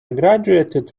graduated